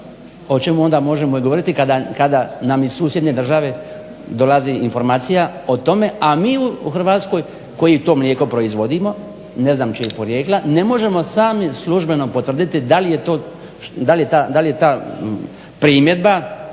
O čemu onda možemo govoriti kada nam iz susjedne države dolazi informacija o tome a mi u Hrvatskoj koji to mlijeko proizvodimo ne znam čijeg porijekla ne možemo sami službeno potvrditi da li je ta primjedba